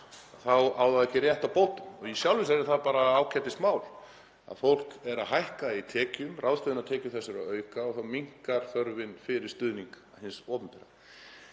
þá á það ekki rétt á bótum. Í sjálfu sér er það bara ágætismál að fólk er að hækka í tekjum, ráðstöfunartekjur þess eru aukast og þá minnkar þörfin fyrir stuðning hins opinbera.